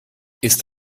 ist